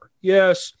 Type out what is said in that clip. Yes